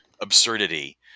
absurdity